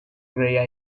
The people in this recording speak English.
great